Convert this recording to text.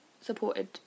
supported